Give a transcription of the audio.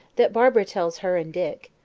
that barbara tells her and dick.